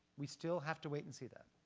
we still have to wait and see that.